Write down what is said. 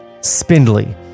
spindly